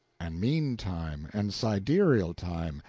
and mean time, and sidereal time,